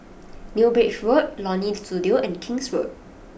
New Bridge Road Leonie Studio and King's Road